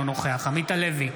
אינו נוכח עמית הלוי,